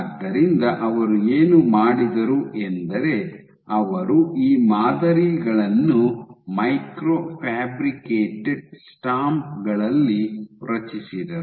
ಆದ್ದರಿಂದ ಅವರು ಏನು ಮಾಡಿದರು ಎಂದರೆ ಅವರು ಈ ಮಾದರಿಗಳನ್ನು ಮೈಕ್ರೊ ಫ್ಯಾಬ್ರಿಕೇಟೆಡ್ ಸ್ಟಾಂಪ್ ಗಳಲ್ಲಿ ರಚಿಸಿದರು